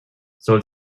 soll